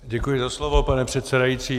Děkuji za slovo, pane předsedající.